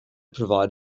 provide